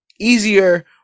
easier